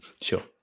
sure